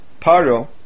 Paro